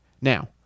Now